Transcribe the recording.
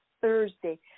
Thursday